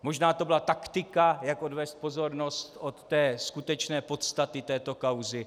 Možná to byla taktika, jak odvést pozornost od té skutečné podstaty této kauzy.